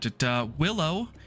Willow